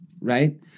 right